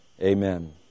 Amen